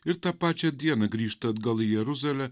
ir tą pačią dieną grįžta atgal į jeruzalę